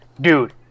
dude